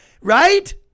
right